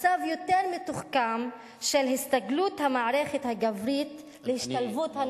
מצב יותר מתוחכם של הסתגלות המערכת הגברית להשתלבות הנשים,